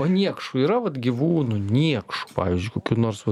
o niekšų yra vat gyvūnų niekšų pavyzdžiui kokių nors vat